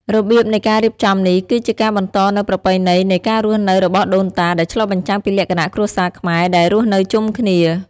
របៀបនៃការរៀបចំនេះ គឺជាការបន្តនូវប្រពៃណីនៃការរស់នៅរបស់ដូនតា ដែលឆ្លុះបញ្ចាំងពីលក្ខណៈគ្រួសារខ្មែរដែលរស់នៅជុំគ្នា។